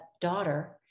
daughter